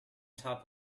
top